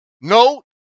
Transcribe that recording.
no